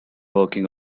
working